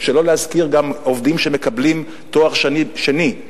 שלא להזכיר גם עובדים שמקבלים בשל תואר שני,